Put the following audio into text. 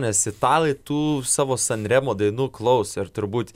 nes italai tų savo san remo dainų klausė ir turbūt